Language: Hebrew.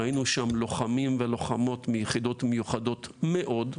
ראינו שם לוחמים ולוחמות מיחידות מיוחדות מאוד.